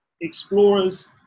Explorers